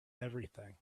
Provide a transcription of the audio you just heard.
everything